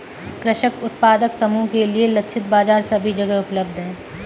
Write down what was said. कृषक उत्पादक समूह के लिए लक्षित बाजार सभी जगह उपलब्ध है